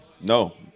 No